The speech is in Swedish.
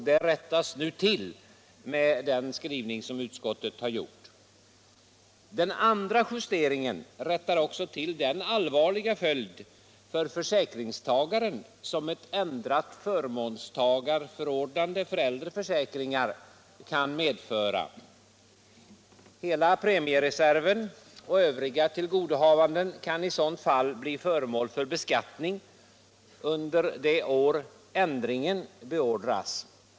Detta rättas nu till med den skrivning som utskottet har gjort. Den andra justeringen rättar också till den allvarliga följd för försäkringstagaren som ett ändrat förmånstagarförordnande för äldre försäkringar kan medföra. Hela premiereserven och övriga tillgodohavanden kan i sådant fall bli föremål för beskattning under det år ändringen beordras.